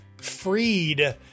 freed